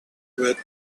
were